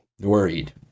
worried